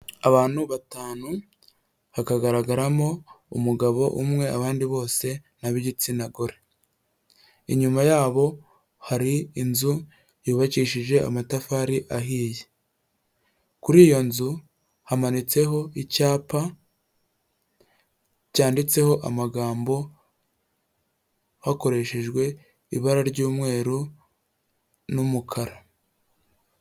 Abantu batanu hakagaragaramo umugabo umwe abandi bose ni abigitsina gore, inyuma yabo hari inzu yubakishije amatafari ahiye, kuri iyo nzu hamanitseho icyapa cyanditseho amagambo hakoreshejwe ibara ry'umweru n'umukara.